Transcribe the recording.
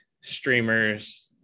streamers